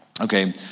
Okay